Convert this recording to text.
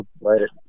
Later